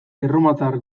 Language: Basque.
erromatar